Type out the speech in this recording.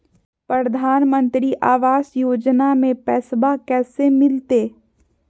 प्रधानमंत्री आवास योजना में पैसबा कैसे मिलते?